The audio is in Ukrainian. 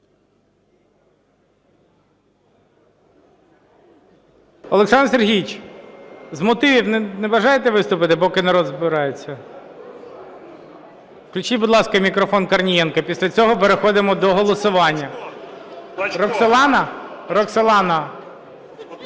Олександр Сергійович, з мотивів не бажаєте виступити, поки народ збирається? Включіть, будь ласка, мікрофон Корнієнко. Після цього переходимо до голосування. 13:42:45 КОРНІЄНКО